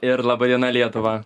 ir laba diena lietuva